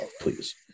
please